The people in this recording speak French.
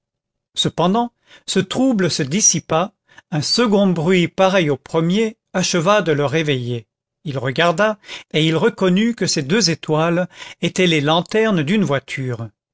cependant ce trouble se dissipa un second bruit pareil au premier acheva de le réveiller il regarda et il reconnut que ces deux étoiles étaient les lanternes d'une voiture